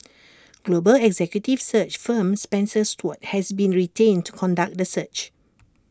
global executive search firm Spencer Stuart has been retained to conduct the search